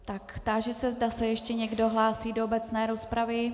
Táži se, zda se ještě někdo hlásí do obecné rozpravy.